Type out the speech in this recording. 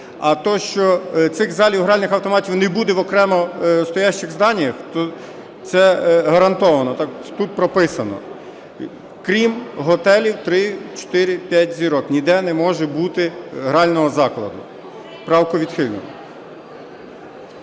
А те, що цих залів гральних автоматів не буде в окремо стоящих зданиях, то це гарантовано, так тут прописано: "…крім готелів 3,4,5 зірок ніде не може бути грального закладу". Правку відхилено.